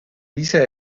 ise